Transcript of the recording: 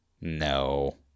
No